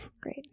Great